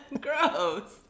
Gross